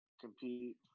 compete